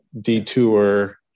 detour